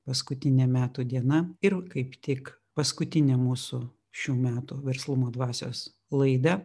paskutinė metų diena ir kaip tik paskutinė mūsų šių metų verslumo dvasios laida